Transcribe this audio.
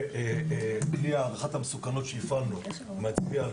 וכלי הערכת המסוכנות שהפעלנו מצביע על